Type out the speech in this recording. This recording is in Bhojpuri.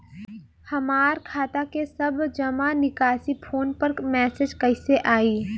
हमार खाता के सब जमा निकासी फोन पर मैसेज कैसे आई?